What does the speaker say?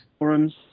forums